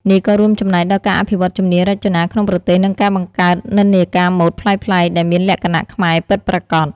នេះក៏រួមចំណែកដល់ការ អភិវឌ្ឍន៍ជំនាញរចនា ក្នុងប្រទេស និងការបង្កើត និន្នាការម៉ូដប្លែកៗ ដែលមានលក្ខណៈខ្មែរពិតប្រាកដ។